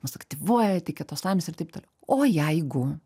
mus aktyvuoja teikia tos laimės ir taip toliau o jeigu